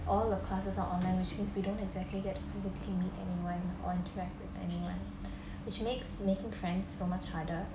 all the classes are online which means we don't exactly get physically meet anyone or interact with anyone which makes making friends so much harder